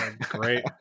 Great